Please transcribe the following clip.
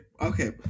okay